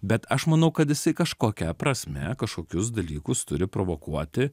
bet aš manau kad jisai kažkokia prasme kažkokius dalykus turi provokuoti